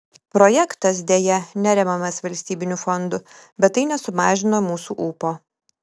projektas deja neremiamas valstybinių fondų bet tai nesumažino mūsų ūpo